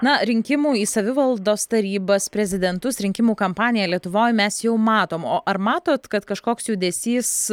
na rinkimų į savivaldos tarybas prezidentus rinkimų kampaniją lietuvoj mes jau matom o ar matot kad kažkoks judesys